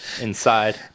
inside